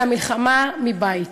אלא מלחמה מבית,